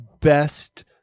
best